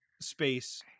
space